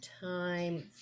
time